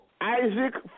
Isaac